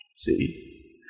See